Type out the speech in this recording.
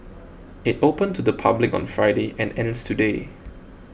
it opened to the public on Friday and ends today